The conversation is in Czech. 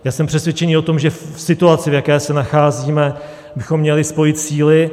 Já jsem přesvědčený o tom, že v situaci, v jaké se nacházíme, bychom měli spojit síly.